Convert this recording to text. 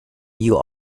you